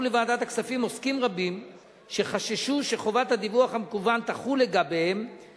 לוועדת הכספים עוסקים רבים שחששו שחובת הדיווח המקוון תחול עליהם